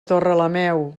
torrelameu